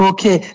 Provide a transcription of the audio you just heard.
Okay